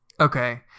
Okay